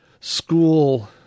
school